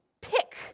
pick